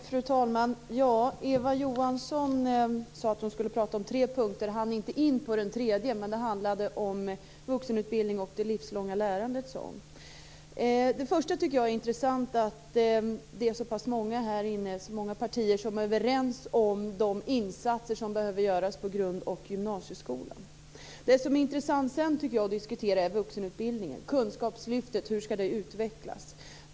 Fru talman! Eva Johansson sade att hon skulle prata om tre punkter. Hon hann inte in på den tredje, men den handlade om vuxenutbildning och det livslånga lärandet, sade hon. Det första jag tycker är intressant är att det är så många partier här som är överens om de insatser som behöver göras på grund och gymnasieskolan. Det som sedan är intressant att diskutera tycker jag är vuxenutbildningen. Hur skall kunskapslyftet utvecklas?